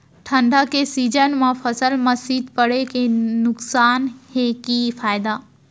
ठंडा के सीजन मा फसल मा शीत पड़े के नुकसान हे कि फायदा?